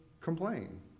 complain